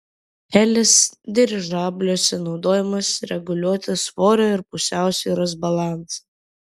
helis dirižabliuose naudojamas reguliuoti svorio ir pusiausvyros balansą